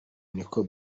niko